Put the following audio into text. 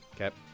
Okay